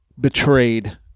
betrayed